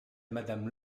madame